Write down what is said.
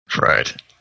Right